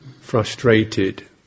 frustrated